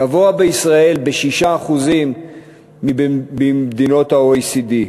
גבוה בישראל ב-6% מבמדינות ה-OECD?